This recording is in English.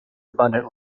abundant